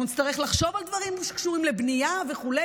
אנחנו נצטרך לתחשוב על דברים שקשורים לבנייה וכו',